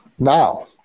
Now